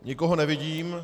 Nikoho nevidím.